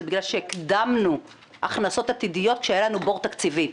זה בגלל שהקדמנו הכנסות עתידיות שהיה לנו בור תקציבי.